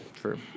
true